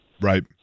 right